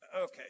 Okay